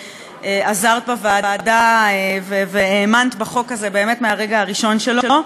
שעזרת בוועדה והאמנת בחוק הזה באמת מהרגע הראשון שלו.